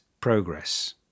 progress